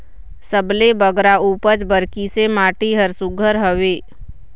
सबले बगरा उपज बर किसे माटी हर सुघ्घर हवे?